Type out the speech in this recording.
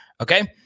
Okay